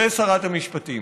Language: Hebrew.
ושרת המשפטים,